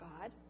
God